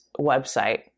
website